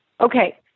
Okay